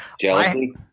jealousy